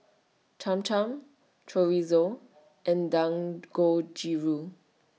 Cham Cham Chorizo and Dangojiru